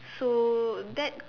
so that